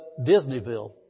Disneyville